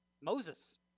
Moses